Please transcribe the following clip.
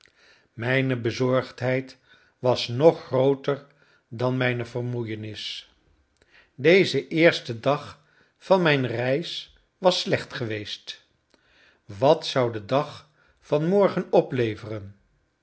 mijne bezorgdheid was nog grooter dan mijne vermoeienis deze eerste dag van mijn reis was slecht geweest wat zou de dag van morgen opleveren